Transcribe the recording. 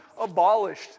abolished